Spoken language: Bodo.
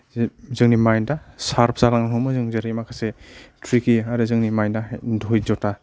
जे जोंनि माइन्दा शार्प जालांनो हमो जों जेरै माखासे त्रिकि आरो जोंनि माइन्दाहाय धयज'ता